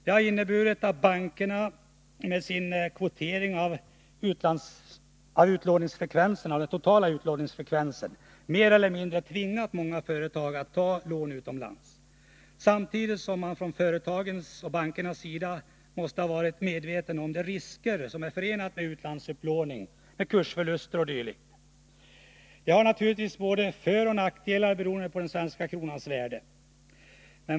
Det har inneburit att bankerna med sin kvotering av den totala utlåningsfrekvensen mer eller mindre tvingat många företag att ta lån utomlands, samtidigt som man från företagens och bankernas sida måste ha varit medveten om de risker som är förenade med utlandsupplåning, i form av kursförluster o. d. Detta har naturligtvis både föroch nackdelar, beroende på den svenska kronans värde.